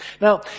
Now